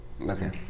Okay